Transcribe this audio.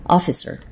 Officer